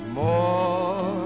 more